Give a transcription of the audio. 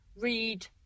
read